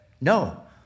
No